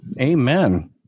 Amen